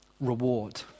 reward